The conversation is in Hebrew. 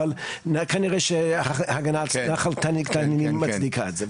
אבל כנראה שההגנה על נחל תנינים מצדיקה את זה.